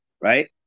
right